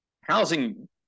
housing